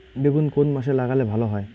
বেগুন কোন মাসে লাগালে ভালো হয়?